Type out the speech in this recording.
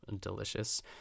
delicious